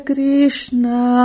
Krishna